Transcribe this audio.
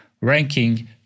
ranking